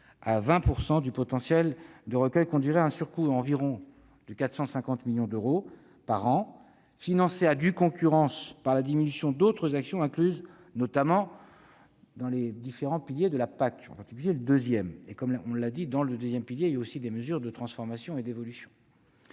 à 20 % du potentiel de recueil conduiraient à un surcoût d'environ 450 millions d'euros par an, financé à due concurrence par la diminution d'autres actions incluses dans les différents piliers de la PAC, en particulier le deuxième. Or, on l'a dit, ce pilier finance également des mesures de transformation et d'évolution.